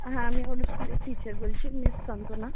হ্যাঁ আমি ওর স্কুলের টিচার বলছি মিস শান্তনা